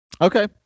Okay